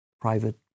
private